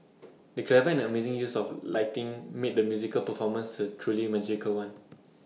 the clever and amazing use of lighting made the musical performance A truly magical one